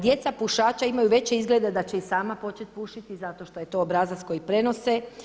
Djeca pušača imaju veće izglede da će i sama početi pušiti zato što je to obrazac koji prenose.